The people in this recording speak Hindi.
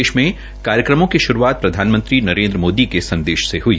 देश में कार्यक्रमों की श्रूआत प्रधानमंत्री नरेन्द्र मोदी के संदेश से हई